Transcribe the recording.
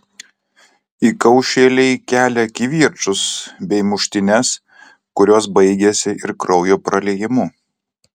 įkaušėliai kelia kivirčus bei muštynes kurios baigiasi ir kraujo praliejimu